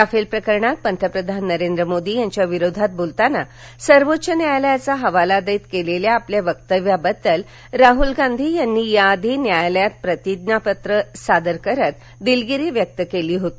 Rafale प्रकरणात पंतप्रधान नरेंद्र मोदी यांच्या विरोधात बोलताना सर्वोच्च न्यायालयाचा हवाला देत केलेल्या आपल्या वक्तव्याबद्दल राहुल गांधी यांनी या आधी न्यायालयात प्रतिज्ञापत्र सादर करत दिलगिरी व्यक्त केली होती